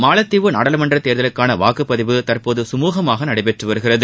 மாலத்தீவு நாடாளுமன்ற தேர்தலுக்காள வாக்குப்பதிவு தற்போது சுமூகமாக நடைபெற்று வருகிறது